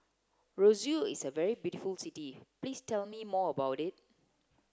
roseau is a very beautiful city please tell me more about it